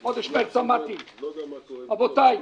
רבותיי,